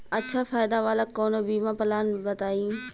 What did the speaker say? अच्छा फायदा वाला कवनो बीमा पलान बताईं?